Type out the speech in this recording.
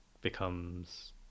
becomes